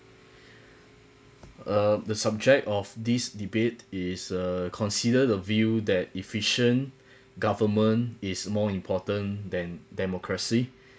um the subject of this debate is uh consider the view that efficient government is more important than democracy